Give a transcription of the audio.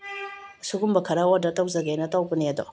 ꯁꯤꯒꯨꯝꯕ ꯈꯔ ꯑꯣꯔꯗꯔ ꯇꯧꯖꯒꯦꯅ ꯇꯧꯕꯅꯦ ꯑꯗꯣ